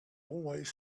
always